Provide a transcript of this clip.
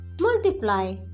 multiply